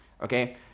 Okay